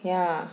yeah